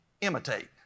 imitate